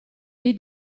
gli